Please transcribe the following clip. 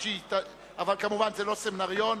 אבל כמובן זה לא סמינריון.